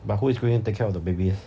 but who is going to take care of the babies